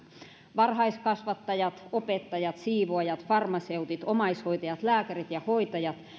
varhaiskasvattajat opettajat siivoojat farmaseutit omaishoitajat lääkärit ja hoitajat